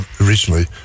originally